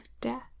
Death